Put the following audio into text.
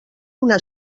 una